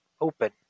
open